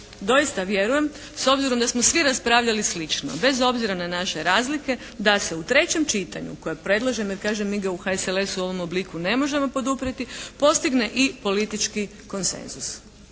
doista vjerujem s obzirom da smo svi raspravljali slično bez obzira na naše razlike da se u trećem čitanju koje predlažem jer kažem mi ga u HSLS-u u ovom obliku ne možemo poduprijeti postigne i politički konsenzus